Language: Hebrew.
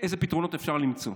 איזה פתרונות אפשר למצוא.